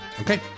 Okay